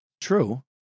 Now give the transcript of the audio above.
True